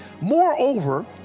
moreover